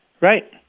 Right